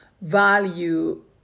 value